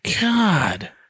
God